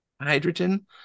hydrogen